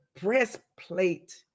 breastplate